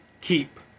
keep